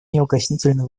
неукоснительно